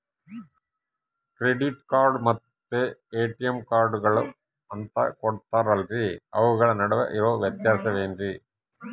Credit card ಮತ್ತ ATM ಕಾರ್ಡುಗಳು ಅಂತಾ ಕೊಡುತ್ತಾರಲ್ರಿ ಅವುಗಳ ನಡುವೆ ಇರೋ ವ್ಯತ್ಯಾಸ ಏನ್ರಿ?